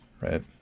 right